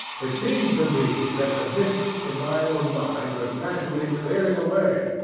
it seemed to me that the mists in my own mind were gradually clearing away,